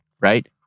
right